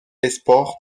esporte